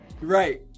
Right